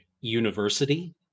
university